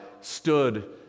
stood